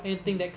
mm